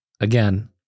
again